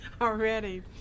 already